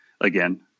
again